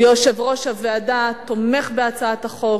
יושב-ראש הוועדה תומך בהצעת החוק,